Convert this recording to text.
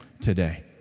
today